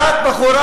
בחורה